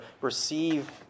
receive